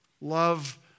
Love